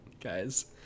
guys